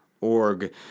org